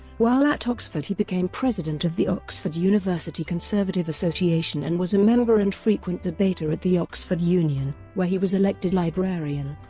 while at oxford he became president of the oxford university conservative association and was a member and frequent debater at the oxford union, where he was elected librarian.